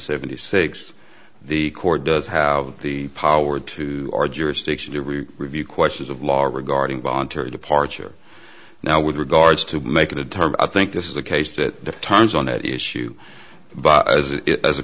seventy six the court does have the power to our jurisdiction to really review questions of law regarding voluntary departure now with regards to make a term i think this is a case that turns on that issue as it as a